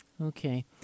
Okay